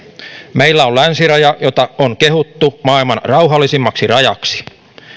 meillä on länsiraja jota on kehuttu maailman rauhallisimmaksi rajaksi